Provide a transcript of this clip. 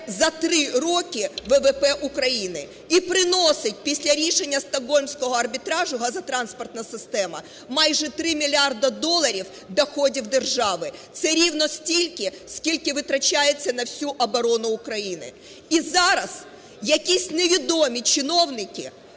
за три роки ВВП України і приносить після рішення Стокгольмського арбітражу газотранспортна система майже 3 мільярди доларів доходів держави, це рівно стільки, скільки витрачається на всю оборону України. І зараз якісь невідомі чиновники